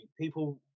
people